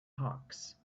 hawks